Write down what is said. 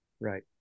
Right